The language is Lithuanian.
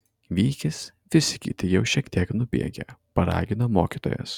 vykis visi kiti jau šitiek nubėgę paragino mokytojas